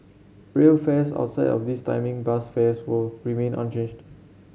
rail fares outside of this timing bus fares will remained unchanged